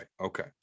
Okay